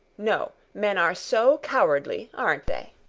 no, men are so cowardly, aren't they?